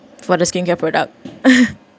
for the skincare product